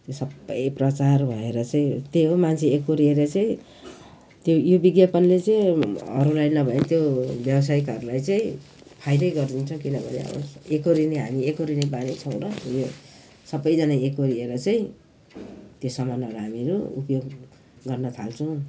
त्यो सबै प्रचार भएर चाहिँ त्यही हो मान्छे एकोहोरिएर चाहिँ त्यो यो विज्ञापनले चाहिँ अरूलाई नभए नि त्यो व्यवसायिकहरूलाई चाहिँ फाइदै गरिदिन्छ किनभने अब एकोहोरिने हामी एकोहोरिने बानी छौँ र यो सबैजना एकोहोरिएर चाहिँ त्यो सामान हामीहरू उपयोग गर्न थाल्छौँ